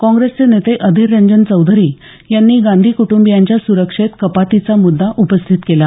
काँग्रेसचे नेते अधीररंजन चौधरी यांनी गांधी कुटुंबीयांच्या सुरक्षेत कपातीचा मुद्दा उपस्थित केला